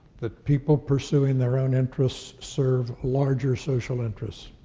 that people pursuing their own interests serve larger social interests.